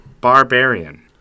Barbarian